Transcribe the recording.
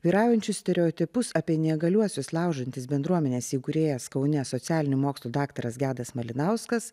vyraujančius stereotipus apie neįgaliuosius laužantis bendruomenės įkūrėjas kaune socialinių mokslų daktaras gedas malinauskas